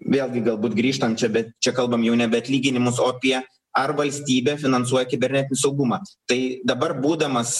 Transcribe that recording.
vėlgi galbūt grįžtam čia bet čia kalbam jau nebe atlyginimus o apie ar valstybė finansuoja kibernetinį saugumą tai dabar būdamas